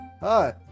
Hi